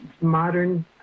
modern